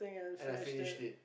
and I finished it